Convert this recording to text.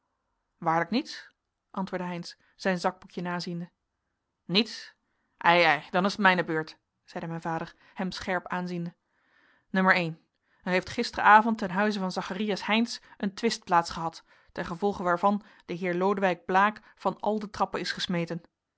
waarlijk niets antwoordde heynsz zijn zakboekje naziende niets ei ei dan is het mijne beurt zeide mijn vader hem scherp aanziende n hij heeft gisteravond ten huize van zacharias heynsz een twist plaats gehad ten gevolge waarvan de heer lodewijk blaek van al de trappen is gesmeten